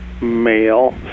male